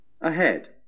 Ahead